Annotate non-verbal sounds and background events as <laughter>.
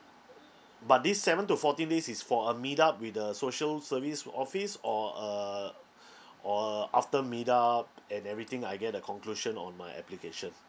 <noise> but this seven to fourteen days is for a meet up with the social service office or uh or uh after meet up and everything I get the conclusion on my application